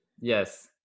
Yes